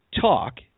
talk